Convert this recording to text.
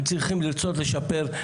הם צריכים לרצות לשפר,